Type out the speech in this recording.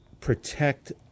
protect